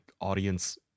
audience